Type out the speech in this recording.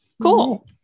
Cool